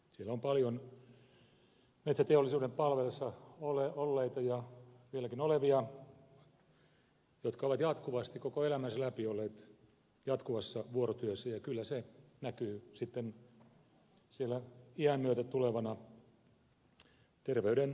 siellä on paljon metsäteollisuuden palveluksessa olleita ja vieläkin olevia jotka ovat jatkuvasti koko elämänsä läpi olleet jatkuvassa vuorotyössä ja kyllä se näkyy sitten siellä iän myötä tulevana terveyden heikentymisenä